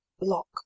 lock